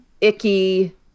icky